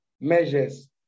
measures